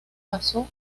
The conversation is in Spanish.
pasó